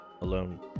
Alone